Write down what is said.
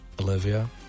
Olivia